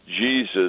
Jesus